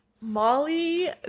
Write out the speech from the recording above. Molly